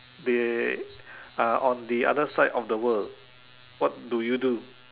they are on the other side of the world what do you do